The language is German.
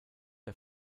der